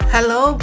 Hello